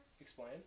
Explain